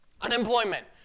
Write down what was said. Unemployment